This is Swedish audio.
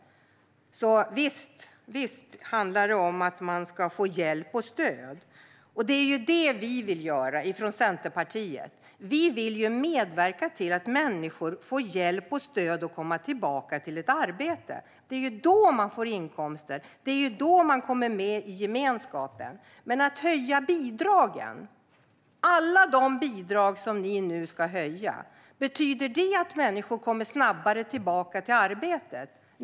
Visst handlar det om att man ska få hjälp och stöd. Det är det vi vill göra från Centerpartiets sida - vi vill medverka till att människor får hjälp och stöd att komma tillbaka till ett arbete. Det är då man får inkomster, och det är då man kommer med i gemenskapen. Att höja bidragen, alla de bidrag som ni nu ska höja, betyder det att människor kommer tillbaka till arbetet snabbare?